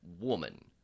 woman